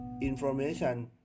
information